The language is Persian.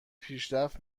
پیشرفت